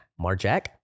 Marjack